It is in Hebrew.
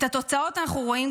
עליהם.